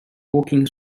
walking